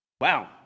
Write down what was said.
Wow